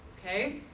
Okay